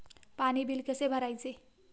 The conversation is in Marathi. पाणी बिल कसे भरायचे?